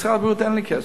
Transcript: במשרד הבריאות אין לי כסף.